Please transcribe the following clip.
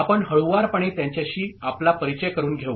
आपण हळूवारपणे त्याच्याशी आपला परिचय करून घेऊ